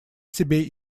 себе